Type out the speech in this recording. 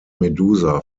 medusa